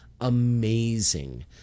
amazing